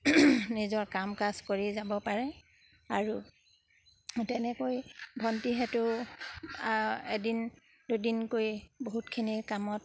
নিজৰ কাম কাজ কৰি যাব পাৰে আৰু তেনেকৈ ভণ্টিহঁতেও এদিন দুদিনকৈ বহুতখিনি কামত